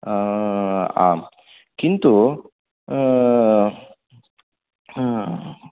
आम् किन्तु हा